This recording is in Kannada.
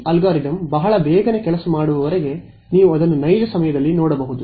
ಈ ಅಲ್ಗಾರಿದಮ್ ಬಹಳ ಬೇಗನೆ ಕೆಲಸ ಮಾಡುವವರೆಗೆ ನೀವು ಅದನ್ನು ನೈಜ ಸಮಯದಲ್ಲಿ ಮಾಡಬಹುದು